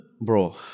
Bro